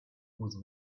whose